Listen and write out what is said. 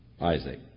Isaac